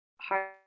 hard